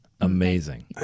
Amazing